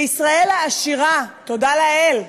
בישראל העשירה, תודה לאל,